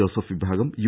Joseph വിഭാഗം U